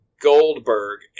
Goldberg